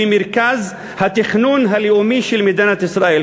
במרכז התכנון הלאומי של מדינת ישראל.